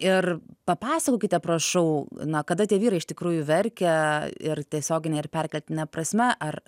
ir papasakokite prašau na kada tie vyrai iš tikrųjų verkia ir tiesiogine ir perkeltine prasme ar